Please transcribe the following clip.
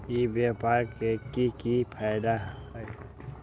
ई व्यापार के की की फायदा है?